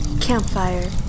Campfire